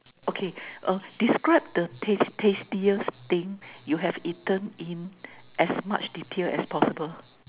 okay err describe the taste~ tastiest thing you have eaten in as much detail as possible